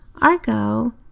Argo